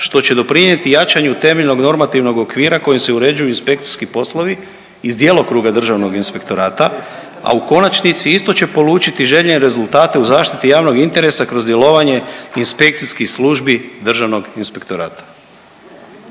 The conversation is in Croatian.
što će doprinijeti jačanju temeljnog normativnog okvira kojim se uređuju inspekcijski poslovi iz djelokruga Državnog inspektorata, a u konačnici isto će polučiti željene rezultate u zaštiti javnog interesa kroz djelovanje inspekcijskih službi Državnog inspektorata.